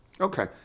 Okay